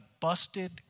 busted